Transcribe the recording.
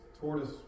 tortoise